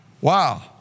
Wow